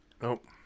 Nope